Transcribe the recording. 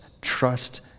Trust